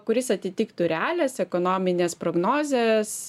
kuris atitiktų realias ekonomines prognozes